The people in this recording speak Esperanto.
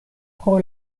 pro